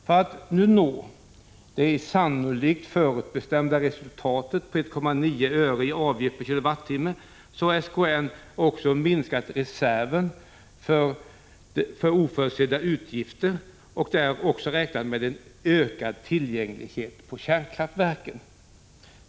För att nå det — sannolikt förutbestämda — resultatet på 1,9 öres avgift per kWh har SKN också minskat reserven för oförutsedda utgifter och räknat med en ökad tillgänglighet på kärnkraftverken.